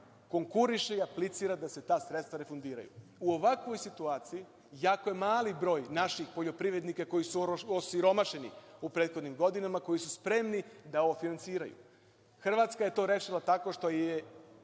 konkuriše i aplicira da se ta sredstva refundiraju. U ovakvoj situaciji jako je mali broj naših poljoprivrednika, koji su osiromašeni u prethodnim godinama, koji su spremni da ovo finansiraju. Hrvatska je to rešila tako što je